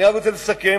אני רק רוצה לסכם